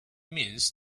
means